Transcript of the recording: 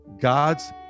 god's